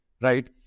Right